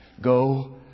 go